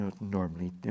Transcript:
normally